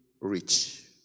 rich